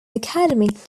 academic